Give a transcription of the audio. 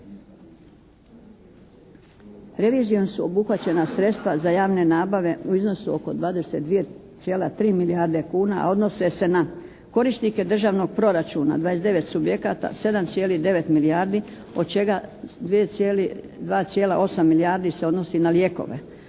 Revizijom su obuhvaćena sredstva za javne nabave u iznosu oko 22,3 milijarde kuna, a odnose se na korisnike državnog proračuna 29 subjekata, 7,9 milijardi od čega 2,8 milijardi se odnosi na lijekove.